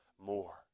more